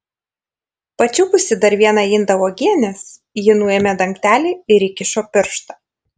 pačiupusi dar vieną indą uogienės ji nuėmė dangtelį ir įkišo pirštą